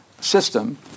system